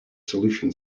solution